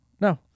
No